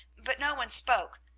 but no one spoke,